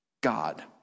God